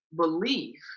belief